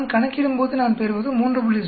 நான் கணக்கிடும்போது நான் பெறுவது 3